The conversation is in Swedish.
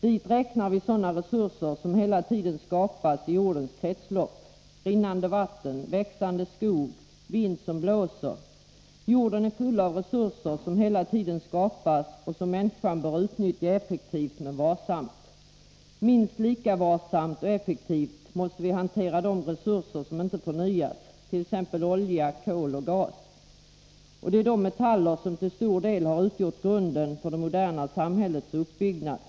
Dit räknar vi sådana resurser som hela tiden skapasi jordens kretslopp — rinnande vatten, växande skog, vind som blåser. Jorden är full av resurser som hela tiden skapas och som människan bör utnyttja effektivt men varsamt. Minst lika varsamt och effektivt måste vi hantera de resurser som inte förnyas, t.ex. olja, kol, gas och de metaller som till stor del utgjort grunden för det moderna samhällets uppbyggnad.